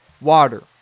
water